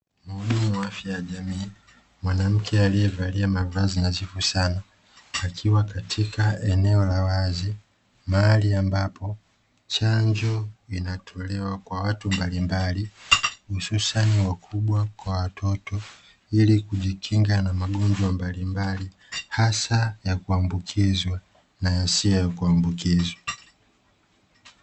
Mhudumu wa afya ya jamii mwanamke aliyevalia mavazi nadhifu sana akiwa katika eneo la wazi, mahali ambapo chanjo inatolewa kwa watu mbalimbali hususani wakubwa kwa watoto, ili kujikinga na magonjwa mbalimbali hasa ya kuambukizwa na yasiyo ya kuambukizwa.